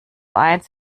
eins